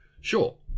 Sure